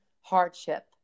hardship